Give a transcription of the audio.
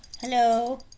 Hello